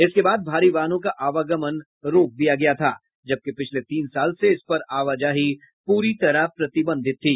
इसके बाद भारी वाहनों का आवागमन रोक दिया गया था जबकि पिछले तीन साल से इस पर आवाजाही पूरी तरह प्रतिबंधित थी